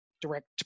direct